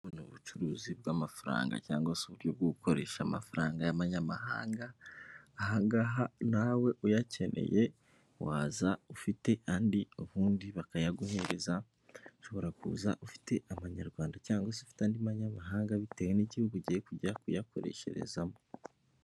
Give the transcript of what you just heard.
Ubucuruzi bw'amafaranga cyangwa se uburyo bwo gukoresha amafaranga y'abamanyamahanga aha ngaha nawe uyakeneye waza ufite andi ubundi bakayaguhereza ushobora kuza ufite amanyarwanda cyangwa se ufite andi banyamahanga bitewe n'igihugu ugiye kujya kuyakoresherezamo.